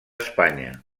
espanya